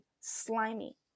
slimy